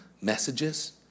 messages